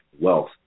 wealth